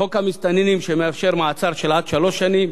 חוק המסתננים שמאפשר מעצר של עד שלוש שנים